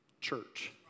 church